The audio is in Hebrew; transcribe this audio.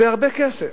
זה הרבה כסף.